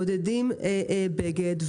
מודדים בגד,